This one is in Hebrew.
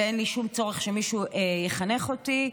ואין לי שום צורך שמישהו יחנך אותי.